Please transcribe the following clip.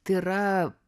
tai yra